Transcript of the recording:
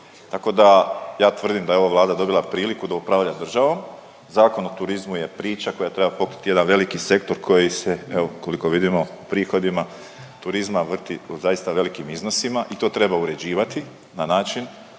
tako da, ja tvrdim da je ova Vlada dobila priliku da upravlja državom, Zakon o turizmu je priča koja treba pokrit jedan veliki sektor koji se, evo, koliko vidimo, prihodima turizma vrti u zaista velikim iznosima i to treba uređivati na način